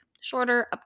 shorter